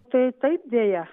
tai taip deja